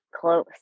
close